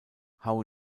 how